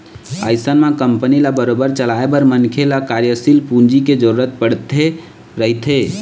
अइसन म कंपनी ल बरोबर चलाए बर मनखे ल कार्यसील पूंजी के जरुरत पड़ते रहिथे